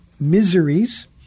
miseries